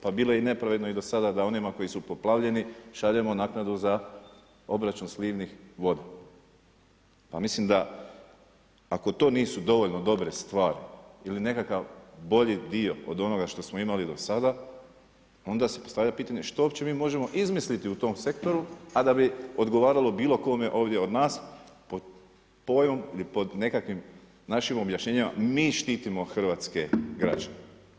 Pa bilo je i nepravedno i do sada da onima koji su poplavljeni šaljemo naknadu za obračun slivnih voda, pa mislim da ako to nisu dovoljno dobre stvari ili nekakav bolji dio od onoga što smo imali do sada onda se postavlja pitanje što uopće mi možemo izmisliti u tom sektoru a da bi odgovaralo bilo kome ovdje od nas pod pojmom ili pod nekakvim našim objašnjenjima mi štitimo hrvatske građane.